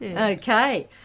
Okay